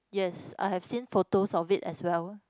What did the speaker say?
yes I have seen photos of it as well